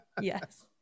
yes